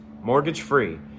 mortgage-free